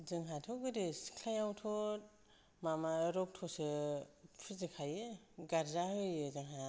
जोंहाथ' गोदो सिख्लायावथ' मा मा रक्त'सो फुजिखायो गार्जा होयो जोंहा